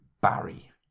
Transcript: Barry